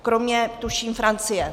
Kromě tuším Francie.